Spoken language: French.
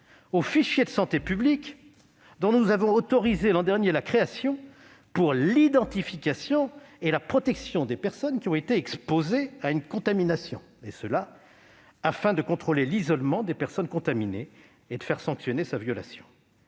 au fichier de santé publique dont nous avons autorisé la création l'an dernier pour l'identification et la protection des personnes qui ont été exposées à une contamination, et ce afin de contrôler l'isolement des personnes contaminées et de faire sanctionner sa violation.